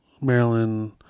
Maryland